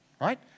Right